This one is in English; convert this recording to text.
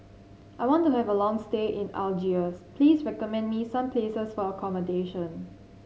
I want to have a long stay in Algiers please recommend me some places for accommodation